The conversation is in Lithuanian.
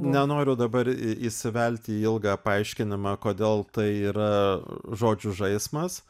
nenoriu dabar į įsivelti į ilgą paaiškinimą kodėl tai yra žodžių žaismas